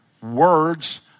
words